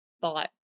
thought